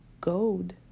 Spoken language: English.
gold